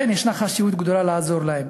לכן, ישנה חשיבות גדולה לעזור להם.